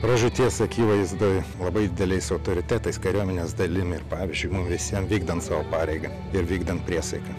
pražūties akivaizdoj labai dideliais autoritetais kariuomenės dalim ir pavyzdžiui mum visiems vykdant savo pareigą ir vykdant priesaiką